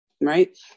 Right